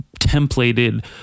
templated